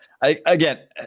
Again